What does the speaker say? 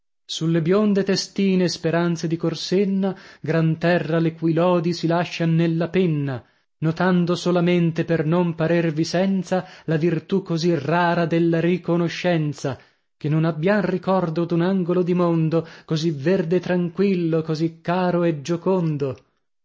sulle bionde testine speranze di corsenna gran terra le cui lodi si lascian nella penna notando solamente per non parervi senza la virtù così rara della riconoscenza che non abbiam ricordo d'un angolo di mondo così verde e tranquillo così caro e giocondo